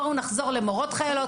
בואו נחזור לזה,